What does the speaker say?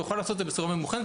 תוכל לעשות את זה בצורה ממוכנת,